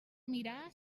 mirar